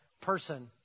person